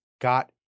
got